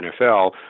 NFL